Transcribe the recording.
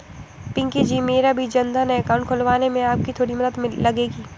पिंकी जी मेरा भी जनधन अकाउंट खुलवाने में आपकी थोड़ी मदद लगेगी